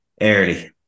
early